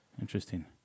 interesting